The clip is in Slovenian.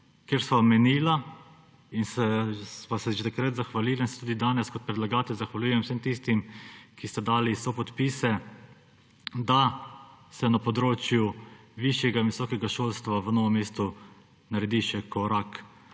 Menila sva in sva se že takrat zahvalila in se tudi danes kot predlagatelj zahvaljujem vsem tistim, ki ste dali sopodpise, da se na področju višjega in visokega šolstva v Novem mestu naredi še korak